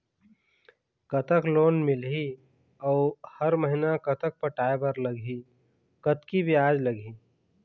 कतक लोन मिलही अऊ हर महीना कतक पटाए बर लगही, कतकी ब्याज लगही?